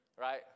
right